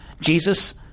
Jesus